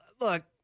Look